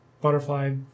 butterfly